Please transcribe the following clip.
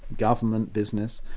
government, business,